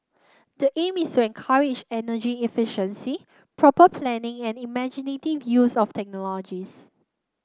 the aim is to encourage energy efficiency proper planning and imaginative use of technology